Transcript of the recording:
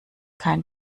kein